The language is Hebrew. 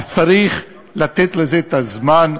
צריך לתת לזה את הזמן,